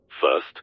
First